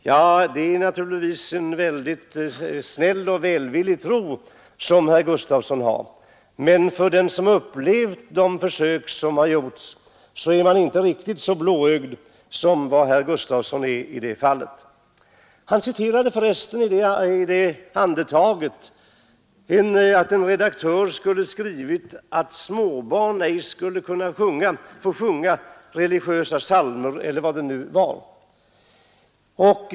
Ja, det är naturligtvis en mycket snäll och välvillig tro, men den som har upplevt de försök som har gjorts är inte riktigt så blåögd som herr Gustavsson i det fallet. Han citerade för övrigt i samma andetag en redaktör som skulle ha skrivit att småbarn ej skulle kunna få sjunga religiösa sånger — eller vad det nu var.